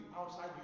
outside